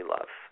Love